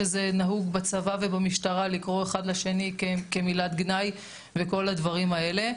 שזה נהוג בצבא ובמשטרה לקרוא אחד לשני כמילת גנאי וכל הדברים האלה.